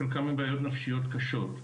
חלקם עם בעיות נפשיות קשות,